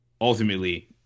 ultimately